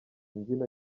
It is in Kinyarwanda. imbyino